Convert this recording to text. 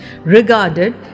regarded